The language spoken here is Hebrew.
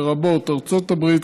לרבות ארצות הברית,